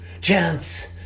Chance